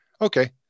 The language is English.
Okay